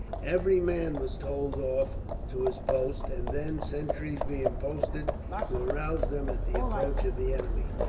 every man was told off to his post, and then, sentries being posted to arouse them at the approach of the enemy,